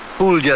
fool. yeah